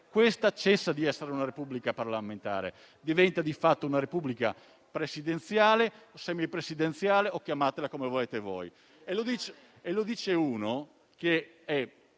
cessa di essere una Repubblica parlamentare e diventa di fatto una Repubblica presidenziale, semipresidenziale o come volete chiamarla. E lo dice uno che,